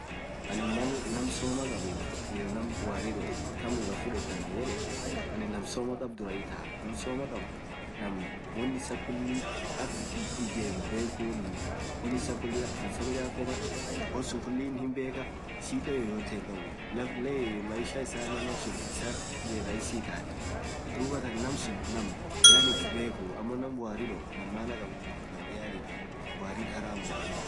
aninn maal naam somaa kabuuf, naam warri doo kaam duraa fudetaa anaan yedeen, aninn namsomaa kaab duraa fudedaa, naam somaa kaab naam woan issa kuulii akk ijeem bekuniiwoan issa kulli akk dansaa midafetaa, woansuun kulii himbekaa shida yyte hinkabuu maishaa issanen malsun rahisii itaatii, duubataan masun namsuun naam uff beekhuu.naam warii doo naam maana kaabuu warrin aminenn haramuua.